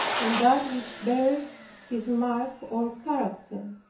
and that which bears his mark or character.